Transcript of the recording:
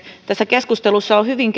tässä keskustelussa on hyvin